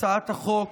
הצעת החוק